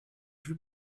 plus